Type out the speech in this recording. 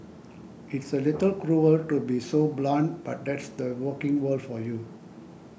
it's a little cruel to be so blunt but that's the working world for you